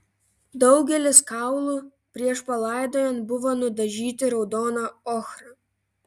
daugelis kaulų prieš palaidojant buvo nudažyti raudona ochra